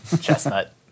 chestnut